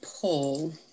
pull